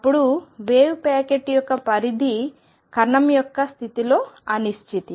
అప్పుడు wave packet యొక్క పరిధి కణం యొక్క స్థితిలో అనిశ్చితి